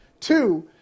Two